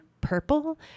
purple